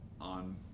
on